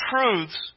truths